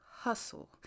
hustle